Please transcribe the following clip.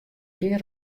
gjin